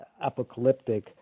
apocalyptic